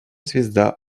звезда